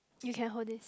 you can hold this